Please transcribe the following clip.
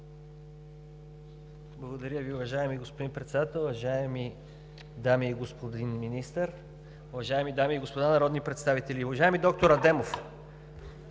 Благодаря Ви, уважаеми господин Председател. Уважаеми дами и господин Министър, уважаеми дами и господа народни представители! Уважаеми доктор Адемов,